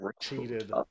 Cheated